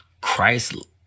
Christ